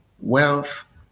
wealth